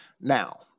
now